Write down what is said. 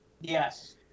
yes